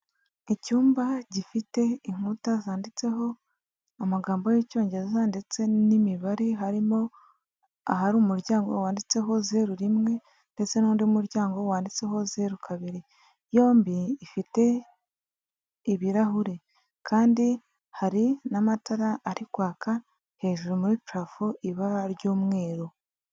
Icyumba gifite inkuta zanditseho amagambo y'icyongereza ndetse n'imibare, harimo ahari umuryango wanditseho zeru rimwe ndetse n'undi muryango wanditseho zeru kabiri, yombi ifite ibirahuri kandi hari n'amatara ari kwaka hejuru muri parafo ibara ry'umweru.